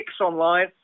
online